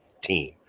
team